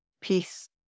peace